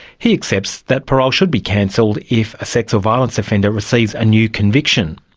he accepts that parole should be cancelled if a sex or violence offender receives a new conviction,